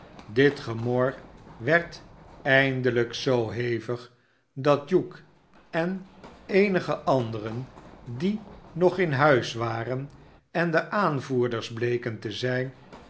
dit gemor werd eindelijk zoo hevig dat hugh en eenige anderen die nog in huis waren en de aanvoerders bleken te zijn